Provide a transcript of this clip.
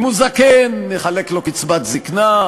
אם הוא זקן, נחלק לו קצבת זיקנה,